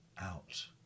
out